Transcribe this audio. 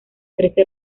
trece